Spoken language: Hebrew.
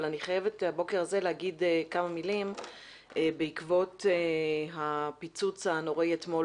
אני חייבת הבוקר הזה לומר כמה מילים בעקבות הפיצוץ הנוראי אתמול